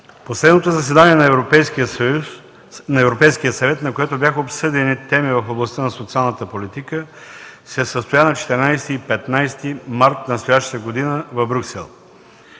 последното заседание на Европейския съвет, на което бяха обсъдени теми в областта на социалната политика, се състоя на 14 и 15 март настоящата година в Брюксел.